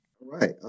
Right